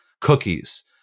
cookies